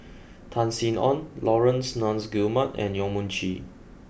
Tan Sin Aun Laurence Nunns Guillemard and Yong Mun Chee